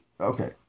Okay